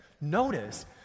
notice